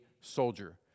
soldier